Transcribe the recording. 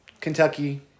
Kentucky